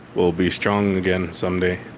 we'll be strong again someday.